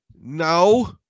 No